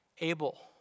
Abel